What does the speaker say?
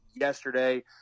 yesterday